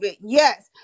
yes